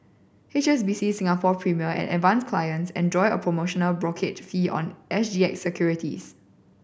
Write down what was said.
H S B C Singapore Premier and Advance clients enjoy a promotional brokerage fee on S G X securities